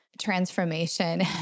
transformation